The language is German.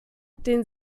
den